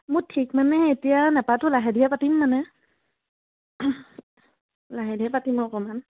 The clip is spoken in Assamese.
মোৰ ঠিক মানে এতিয়া নেপাটো লাহে ধীৰে পাতিম মানে লাহে ধীৰে পাতিম অকণমান